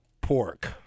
pork